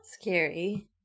scary